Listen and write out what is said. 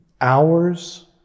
hours